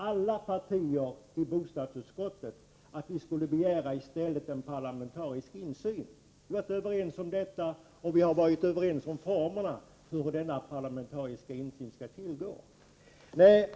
Alla partier var i bostadsutskottet överens om att vi i stället skulle begära en parlamentarisk insyn. Vi har varit överens om detta, och vi har varit överens om formerna för hur denna parlamentariska insyn skall ske.